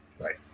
Right